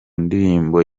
ndirimbo